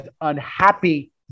unhappy